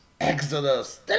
Exodus